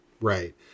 right